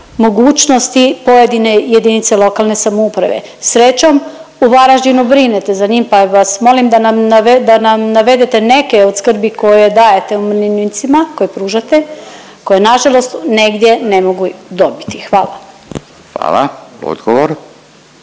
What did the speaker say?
mogućnosti pojedine jedinice lokalne samouprave. Srećom u Varaždinu brinete za njim, pa vas molim da nam navedete neke od skrbi koje dajete umirovljenicima, koje pružate, koje na žalost negdje ne mogu dobiti. Hvala. **Radin,